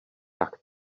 tak